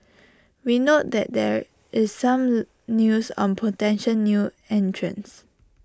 we note that there is some news on potential new entrants